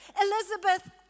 Elizabeth